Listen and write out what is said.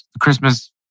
Christmas